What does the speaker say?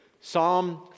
Psalm